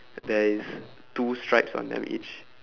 there is two stripes on them each